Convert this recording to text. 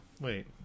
wait